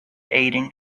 aden